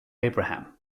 abraham